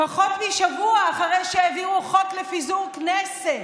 פחות משבוע אחרי שהעבירו חוק לפיזור כנסת